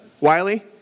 Wiley